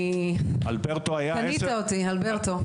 קנית אותי אלברטו.